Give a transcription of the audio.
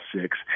six